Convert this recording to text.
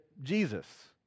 Jesus